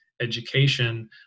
Education